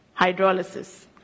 hydrolysis